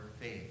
faith